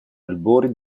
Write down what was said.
albori